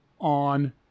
on